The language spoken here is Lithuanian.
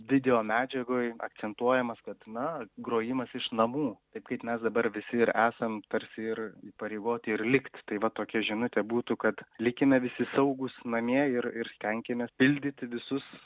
videomedžiagoj akcentuojamas kad na grojimas iš namų taip kaip mes dabar visi ir esam tarsi ir įpareigoti ir likt tai va tokia žinutė būtų kad likime visi saugūs namie ir ir stenkimės pildyti visus